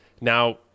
Now